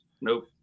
Nope